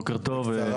בוקר טוב,